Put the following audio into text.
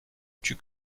duc